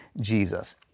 Jesus